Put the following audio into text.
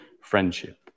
friendship